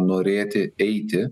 norėti eiti